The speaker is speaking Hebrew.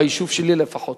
ביישוב שלי לפחות.